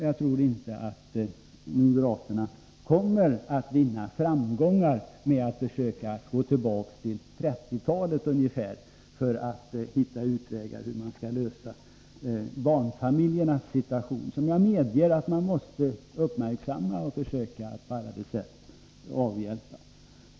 Jag tror inte att moderaterna kommer att vinna framgång med att försöka gå tillbaka ända till någon gång på 1930-talet för att hitta utvägar när det gäller hur man skall förbättra barnfamiljernas problem, som jag medger att man måste uppmärksamma och på alla sätt försöka avhjälpa.